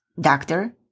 doctor